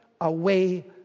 away